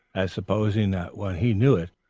as supposing that when he knew it,